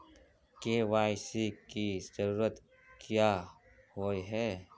KYC की जरूरत क्याँ होय है?